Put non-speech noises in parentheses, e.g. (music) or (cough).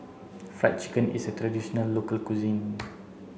fried chicken is a traditional local cuisine (noise)